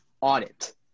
audit